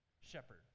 shepherd